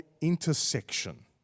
intersection